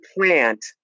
plant